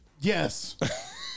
Yes